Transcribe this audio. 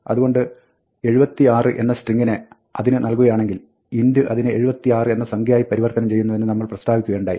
അതുകൊണ്ട് "76" എന്ന സ്ട്രിങ്ങിനെ അതിന് നൽകുകയാണെങ്കിൽ int അതിനെ 76 എന്ന സംഖ്യയായി പരിവർത്തനം ചെയ്യുന്നു എന്ന് നമ്മൾ പ്രസ്താവിക്കുകയുണ്ടായി